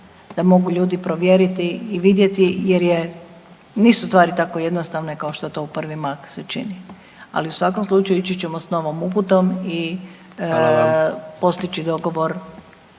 da mogu ljudi provjeriti i vidjeti jer je, nisu stvari tako jednostavne kao što to u prvi mah se čini, ali u svakom slučaju, ići ćemo s novom uputom i .../Upadica: